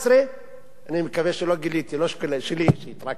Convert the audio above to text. אני מקווה שלא גיליתי, רק שלי אישית,